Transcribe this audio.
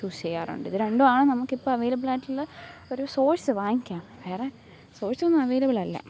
choose ചെയ്യാറുണ്ട് ഇത് രണ്ടും ആണ് നമുക്ക് ഇപ്പോൾ അവൈലബിൾ ആയിട്ടുള്ള ഒരു സോഴ്സ് വാങ്ങിക്കാൻ വേറെ സോഴ്സ് ഒന്നും അവൈലബിൾ അല്ല